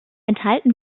enthalten